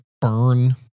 burn